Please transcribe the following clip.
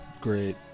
great